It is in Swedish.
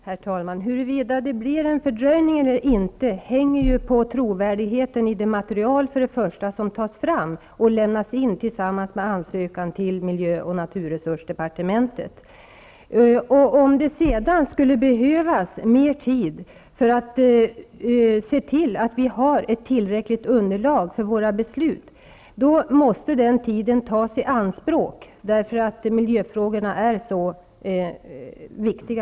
Herr talman! Huruvida det blir en fördröjning eller inte hänger på trovärdigheten i det material som tas fram och lämnas in tillsammans med ansökan till miljöoch naturresursdepartementet. Om det sedan behövs mer tid för att få fram ett tillräckligt underlag för beslutet, måste den tiden tas i anspråk, eftersom miljöfrågorna är så viktiga.